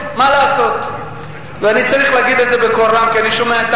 ואני שואל את